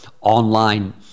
online